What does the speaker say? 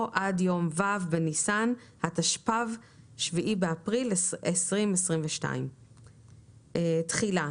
"עד יום ו' בניסן התשפ"ב (7 באפריל 2022)". תחילה